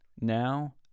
Now